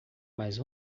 mas